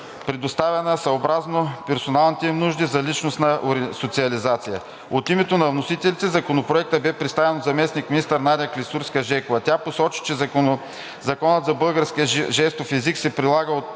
предоставяна съобразно персоналните им нужди за личностна социализация. От името на вносителите Законопроектът бе представен от заместник-министър Надя Клисурска-Жекова. Тя посочи, че Законът за българския жестов език се прилага от